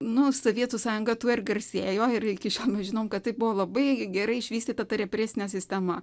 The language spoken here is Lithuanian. nu sovietų sąjungą tuo ir garsėjo ir iki šiol žinom kad tai buvo labai gerai išvystyta ta represinė sistema